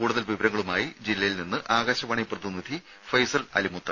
കൂടുതൽ വിവരങ്ങളുമായി ജില്ലയിൽ നിന്നും ആകാശവാണി പ്രതിനിധി ഫൈസൽ അലിമുത്ത്